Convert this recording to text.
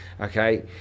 okay